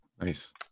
Nice